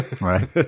right